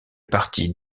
partie